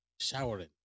showering